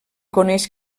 coneix